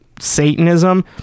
satanism